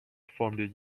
formed